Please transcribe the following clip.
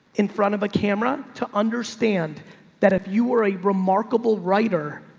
in front of a camera to understand that if you are a remarkable writer,